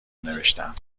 نوشتهام